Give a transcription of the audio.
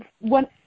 one